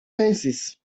fences